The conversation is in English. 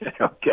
Okay